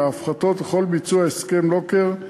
ההפחתות וכל ביצוע הסכם לוקר,